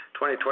2020